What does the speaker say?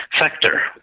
sector